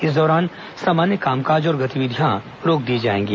इस दौरान सामान्य काम काज और गतिविधियां रोक दी जाएंगी